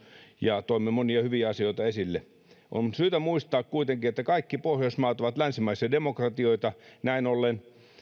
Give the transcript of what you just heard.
ja toimme monia hyviä asioita esille on syytä muistaa kuitenkin että kaikki pohjoismaat ovat länsimaisia demokratioita näin ollen